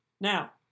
Now